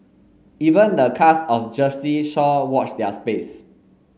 even the cast of Jersey Shore watch their space